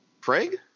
Craig